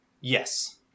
Yes